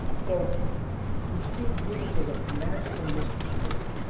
so we see venus as a magical mystery tour.